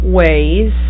ways